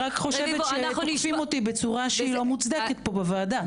אבל אני חושבת שתוקפים אותי בצורה לא מוצדקת כאן בוועדה.